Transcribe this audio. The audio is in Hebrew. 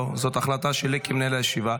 לא, לא, זאת החלטה שלי כמנהל הישיבה.